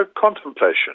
contemplation